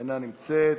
אינה נמצאת,